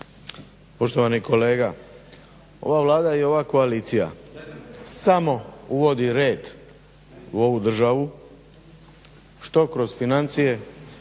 Poštovani kolega, ova Vlada i ova koalicija samo uvodi red u ovu državu što kroz financije,